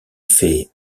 fait